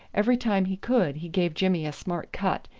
every time he could he gave jimmy a smart cut,